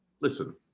listen